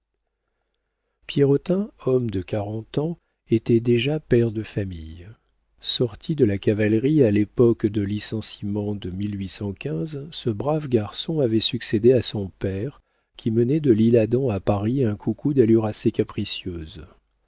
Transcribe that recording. pierrotin homme de quarante ans était déjà père de famille sorti de la cavalerie à l'époque du licenciement de ce brave garçon avait succédé à son père qui menait de l'isle-adam à paris un coucou d'allure assez capricieuse